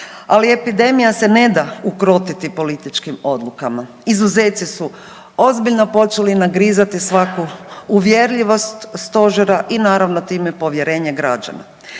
je epidemija se ne da ukrotiti političkim odlukama. Izuzeci su ozbiljno počeli nagrizati svaku uvjerljivost Stožera i naravno time povjerenje građana.